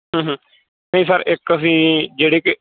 ਨਹੀਂ ਸਰ ਇੱਕ ਅਸੀਂ ਜਿਹੜੇ ਕਿ